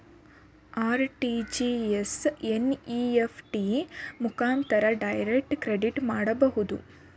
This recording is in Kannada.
ಆರ್.ಟಿ.ಜಿ.ಎಸ್, ಎನ್.ಇ.ಎಫ್.ಟಿ ಮುಖಾಂತರ ಡೈರೆಕ್ಟ್ ಕ್ರೆಡಿಟ್ ಮಾಡಬಹುದು